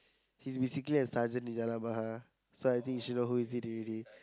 he's basically a sergeant in Jalan-Bahar so I think she know who is it already